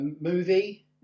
movie